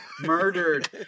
Murdered